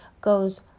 goes